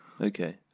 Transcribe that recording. Okay